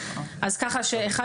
כך ש-(1)